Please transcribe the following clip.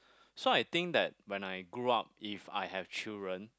so I think that when I grow up if I have children